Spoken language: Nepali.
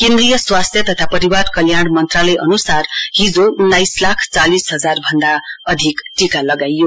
केन्द्रिय स्वास्थ्य तथा परिवार कल्याण मन्त्रालय अनुसार हिजो उन्नाइस लाख चालिस हजार भन्दा अधिक टीका लगाइयो